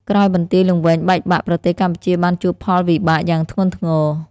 ក្រោយបន្ទាយលង្វែកបែកបាក់ ប្រទេសកម្ពុជាបានជួបផលវិបាកយ៉ាងធ្ងន់ធ្ងរ។